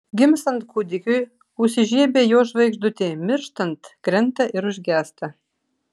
gimstant kūdikiui užsižiebia jo žvaigždutė mirštant krenta ir užgęsta